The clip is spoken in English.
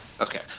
Okay